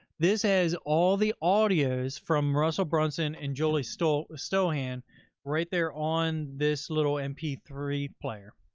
this has all the audios from russell brunson and julie stoian stoian right there on this little m p three player.